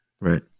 Right